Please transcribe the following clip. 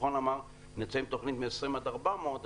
שמחו אמר שנצא עם תוכנית מ-20 עד 400,